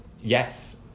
Yes